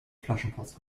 flaschenpost